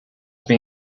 also